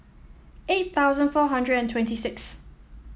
eight thousand four hundred and twenty sixth